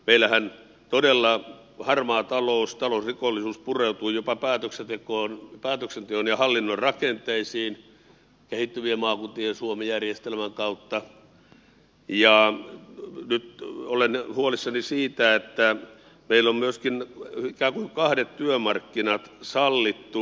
meillähän todella harmaa talous talousrikollisuus pureutuu jopa päätöksenteon ja hallinnon rakenteisiin kehittyvien maakuntien suomi järjestelmän kautta ja nyt olen huolissani siitä että meillä on myöskin ikään kuin kahdet työmarkkinat sallittu